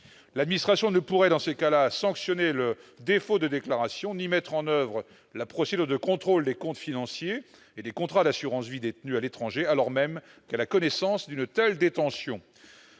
L'administration ne pourrait, dans ces cas-là, sanctionner le défaut de déclaration ni mettre en oeuvre la procédure de contrôle des comptes financiers et des contrats d'assurance vie détenus à l'étranger, alors même qu'elle a connaissance d'une telle détention.